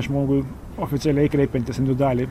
žmogui oficialiai kreipiantis individualiai